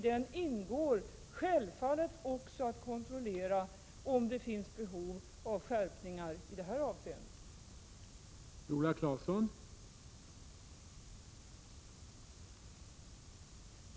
Däri ingår självfallet också att kontrollera om det finns behov av skärpningar i det här avseendet.